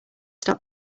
stop